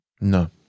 No